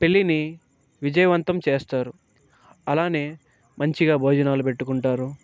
పెళ్ళిని విజయవంతం చేస్తారు అలానే మంచిగా భోజనాలు పెట్టుకుంటారు